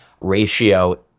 ratio